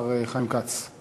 השר חיים כץ,